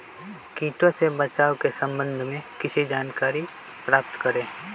किटो से बचाव के सम्वन्ध में किसी जानकारी प्राप्त करें?